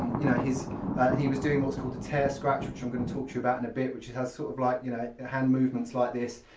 you know he was doing what's called a tear scratch which i'm going to talk to you about in a bit which has sort of like, you know, hand movements like this.